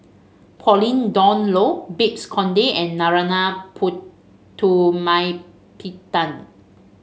Pauline Dawn Loh Babes Conde and Narana Putumaippittan